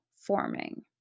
forming